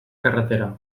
carretera